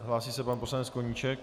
Hlásí se pan poslanec Koníček.